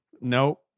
No